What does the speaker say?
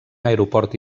aeroport